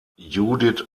judith